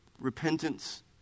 repentance